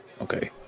Okay